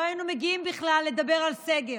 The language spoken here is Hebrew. לא היינו מגיעים בכלל לדבר על סגר.